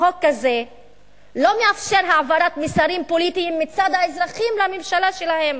חוק כזה לא מאפשר העברת מסרים פוליטיים מצד האזרחים לממשלה שלהם,